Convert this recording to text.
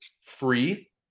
free